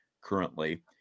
currently